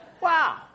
Wow